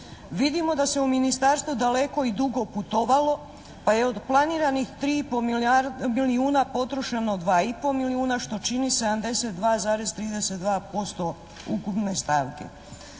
Vidimo da se u Ministarstvu daleko i dugo putovalo, pa je od planiranih 3 i po milijuna potrošena 2 i po milijuna što čini 72,32% ukupne stavke.